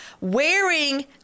wearing